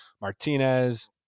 Martinez